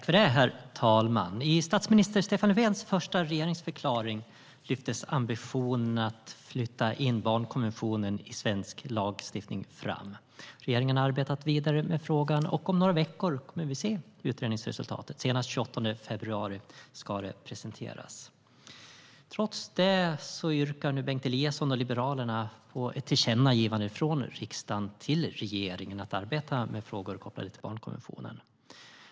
Herr talman! I statsminister Stefan Löfvens första regeringsförklaring lyfte han fram ambitionen att föra in barnkonventionen i svensk lagstiftning. Regeringen har arbetat vidare med frågan, och om några veckor kommer vi att få se utredningsresultatet. Senast den 28 februari ska det presenteras. Trots detta yrkar nu Bengt Eliasson och Liberalerna på ett tillkännagivande från riksdagen till regeringen om att den ska arbeta med frågor kopplade till barnkonventionen.